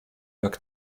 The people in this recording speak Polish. jak